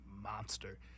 monster